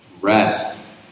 rest